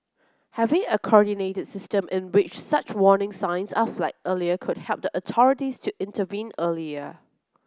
having a coordinated system in which such warning signs are flagged earlier could help the authorities to intervene earlier